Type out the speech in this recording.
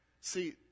See